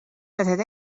that